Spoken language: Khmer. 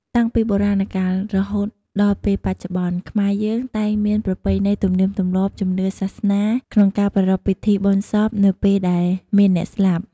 តាំងពីបុរាណកាលរហូតដល់ពេលចុប្បន្ន ខ្មែរយើងតែងមានប្រពៃណីទំនៀមទំលាប់ ជំនឿ សាសនា ក្នុងការប្រារព្ធពិធីបុណ្យសពនៅពេលដែលមានអ្នកស្លាប់។